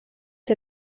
der